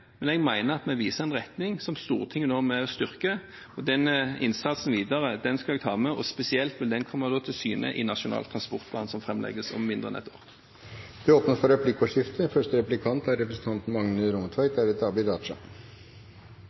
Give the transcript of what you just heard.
men jeg mener at vi viser en retning som Stortinget nå er med på å styrke. Den innsatsen skal vi ta med oss videre, og den kommer til å synes i Nasjonal transportplan, som framlegges om mindre enn et år. Det blir replikkordskifte. Min nokså gode kollega representanten